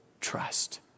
trust